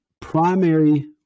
primary